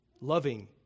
loving